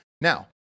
Now